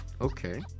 Okay